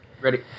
Ready